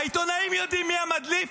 העיתונאים יודעים מי המדליף,